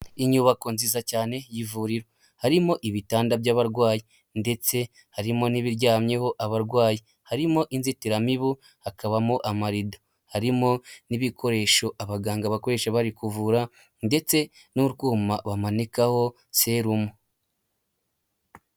Inyubako nziza cyane yiivuriro harimo ibitanda by'abarwayi ndetse harimo n'ibiryamyeho abarwayi, harimo inzitiramibu, hakabamo amarido, harimo n'ibikoresho abaganga bakoresha bari kuvura ndetse n'urwuma bamanikaho serumu.